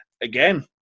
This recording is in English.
again